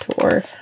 tour